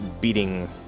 beating